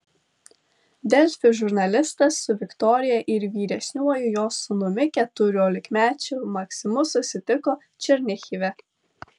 delfi žurnalistas su viktorija ir vyresniuoju jos sūnumi keturiolikmečiu maksimu susitiko černihive